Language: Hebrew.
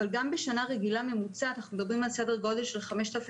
אבל גם בשנה רגילה ממוצעת אנחנו מדברים על סדר גודל של 5,500